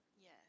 Yes